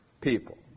people